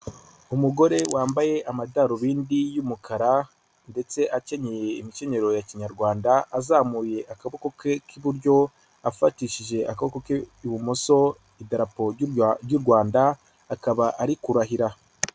Umugore wambaye amadarubindi y'umukara, ndetse akenyeye imikenyero ya kinyarwanda. Azamuye akaboko ke k'iburyo, afatishije akaboko ke k'ibumoso idarapo ry'u Rwanda, akaba ari kurahira.